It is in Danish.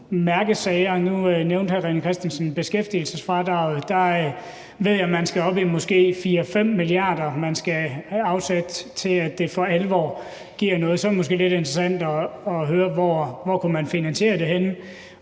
og der ved jeg, at man skal op i måske 4-5 mia. kr., man skal have afsat, før det for alvor giver noget. Så er det måske lidt interessant at høre, hvordan man kunne finansiere de, og